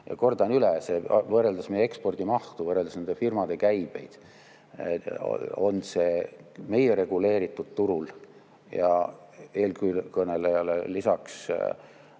Ja kordan üle, võrreldes meie ekspordimahtu, võrreldes nende firmade käibeid, on see meie reguleeritud turul. Ja eelkõnelejale lisaks